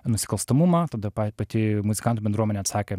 nusikalstamumą tada pati muzikantų bendruomenė atsakė